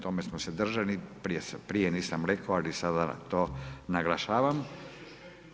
Tome smo se držali, prije nisam rekao ali sada to naglašavam.